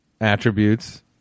attributes